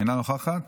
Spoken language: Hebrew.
אינה נוכחת.